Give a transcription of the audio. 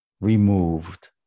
removed